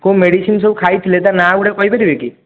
କୋଉ ମେଡ଼ିସିନ୍ ସବୁ ଖାଇଥିଲେ ତା ନାଁଗୁଡ଼ାକ କହିପାରିବେ କି